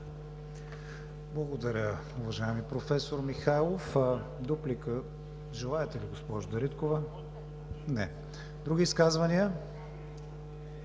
Благодаря, уважаеми професор Михайлов. Дуплика желаете ли, госпожо Дариткова? Не. Други изказвания?